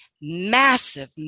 massive